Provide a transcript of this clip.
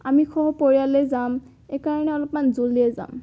আমি সহ পৰিয়ালেই যাম এইকাৰণে অলপমান জলদিয়ে যাম